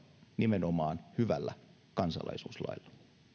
nimenomaan hyvällä kansalaisuuslailla